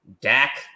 Dak